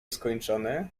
skończone